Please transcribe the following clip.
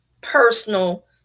personal